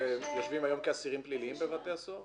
ויושבים היום כאסירים פליליים בבתי הסוהר?